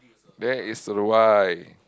that is why